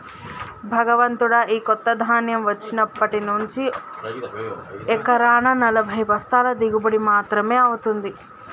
భగవంతుడా, ఈ కొత్త ధాన్యం వచ్చినప్పటి నుంచి ఎకరానా నలభై బస్తాల దిగుబడి మాత్రమే అవుతుంది